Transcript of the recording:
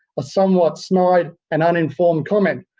a somewhat snide and uninformed comment.